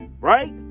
right